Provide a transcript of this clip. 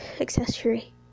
accessory